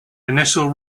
initial